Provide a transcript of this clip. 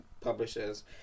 publishers